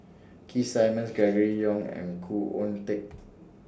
Keith Simmons Gregory Yong and Khoo Oon Teik